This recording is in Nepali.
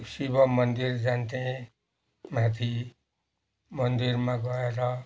शिव मन्दिर जान्थेँ माथि मन्दिरमा गएर